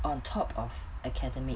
on top of academic